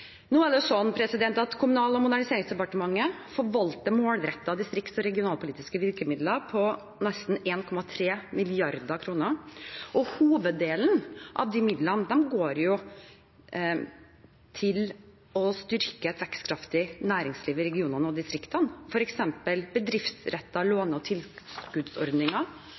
Nå er det slik at Kommunal- og moderniseringsdepartementet forvalter målrettede distrikts- og regionalpolitiske virkemidler på nesten 1,3 mrd. kr. Hoveddelen av de midlene går til å styrke et vekstkraftig næringsliv i regionene og distriktene, f.eks. bedriftsrettede låne- og tilskuddsordninger,